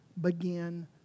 begin